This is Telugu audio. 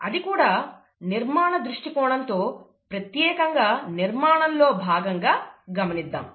అది కూడా నిర్మాణ దృష్టికోణంతో ప్రత్యేకంగా నిర్మాణంలో భాగంగా గమనిద్దాము